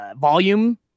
volume